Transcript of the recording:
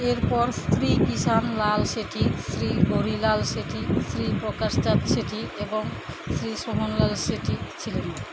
এরপর শ্রী কিষাণ লাল শেঠি শ্রী গৌরীলাল শেঠি শ্রী প্রকাশ চাঁদ শেঠি এবং শ্রী সোহনলাল শেঠি ছিলেন